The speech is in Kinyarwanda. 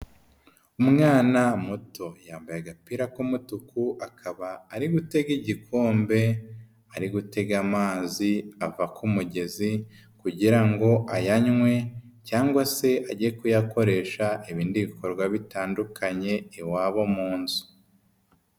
Umwana muto yambaye agapira k'umutuku akaba ari gutega igikombe. Ari gutega amazi ava ku mugezi, kugira ngo ayanywe cyangwa se ajye kuyakoresha ibindi bikorwa bitandukanye i wabo mu nzu.